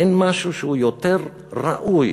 אין משהו יותר ראוי,